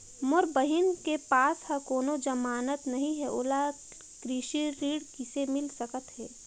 मोर बहिन के पास ह कोनो जमानत नहीं हे, ओला कृषि ऋण किसे मिल सकत हे?